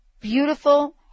Beautiful